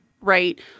right